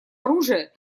оружия